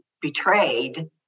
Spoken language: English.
betrayed